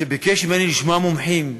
שביקש ממני לשמוע מומחים.